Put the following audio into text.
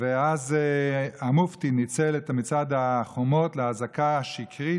ואז המופתי ניצל את מצעד החומות לאזעקה השקרית